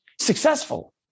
successful